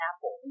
apple